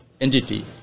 entity